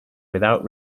without